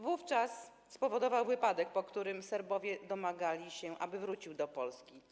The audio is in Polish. Wówczas spowodował wypadek, po którym Serbowie domagali się, aby wrócił do Polski.